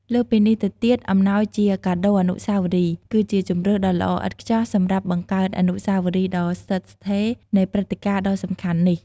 លើសពីនេះទៅទៀត អំណោយជាកាដូអនុស្សាវរីយ៍ គឺជាជម្រើសដ៏ល្អឥតខ្ចោះសម្រាប់បង្កើតអនុស្សាវរីយ៍ដ៏ស្ថិតស្ថេរនៃព្រឹត្តិការណ៍ដ៏សំខាន់នេះ។